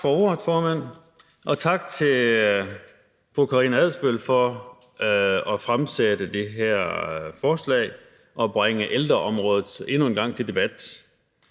Tak for ordet, formand, og tak til fru Karina Adsbøl for at fremsætte det her forslag og endnu en gang at